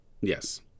Yes